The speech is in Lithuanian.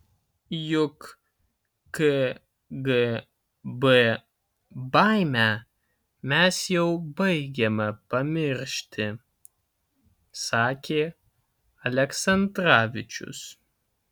juk kgb baimę mes jau baigiame pamiršti sakė aleksandravičius